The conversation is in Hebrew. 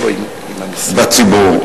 בציבור.